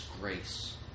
grace